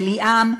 בליאם,